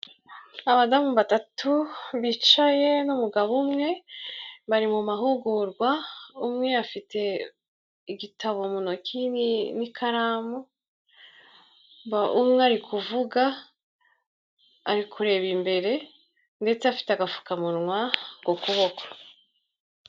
Abadamu batatu bicaye n'umugabo umwe, bari mu mahugurwa, umwe afite igitabo mu ntoki n'ikaramu umwe ari kuvuga, ari kureba imbere ndetse afite agapfukamunwa ku kuboko.